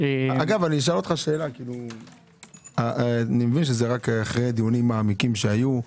אגב, אני מבין שזה רק אחרי דיונים מעמיקים שהיו,